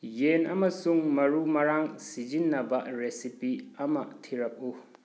ꯌꯦꯟ ꯑꯃꯁꯨꯡ ꯃꯔꯨ ꯃꯔꯥꯡ ꯁꯤꯖꯤꯟꯅꯕ ꯔꯦꯁꯤꯄꯤ ꯑꯃ ꯊꯤꯔꯛꯎ